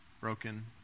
broken